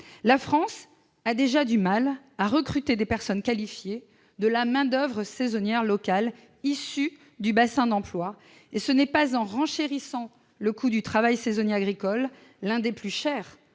La France a déjà du mal à recruter des personnes qualifiées, de la main-d'oeuvre saisonnière locale issue du bassin d'emploi. Ce n'est pas en renchérissant le coût du travail saisonnier agricole, l'un des plus élevés